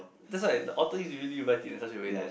that's why the author use to really write it in such a way that